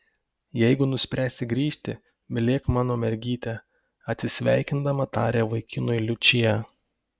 jeigu nuspręsi grįžti mylėk mano mergytę atsisveikindama taria vaikinui liučija